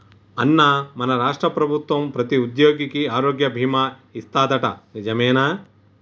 అన్నా మన రాష్ట్ర ప్రభుత్వం ప్రతి ఉద్యోగికి ఆరోగ్య బీమా ఇస్తాదట నిజమేనా